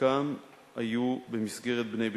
שחלקן היו במסגרת "בנה ביתך"